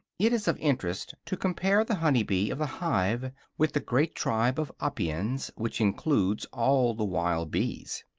it is of interest to compare the honey-bee of the hive with the great tribe of apiens, which includes all the wild bees.